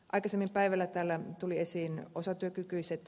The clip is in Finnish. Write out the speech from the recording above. aikaisemmin päivällä täällä tulivat esiin osatyökykyiset